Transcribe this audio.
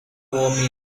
warming